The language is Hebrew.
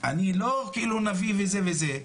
אני לא כאילו נביא וזה וזה,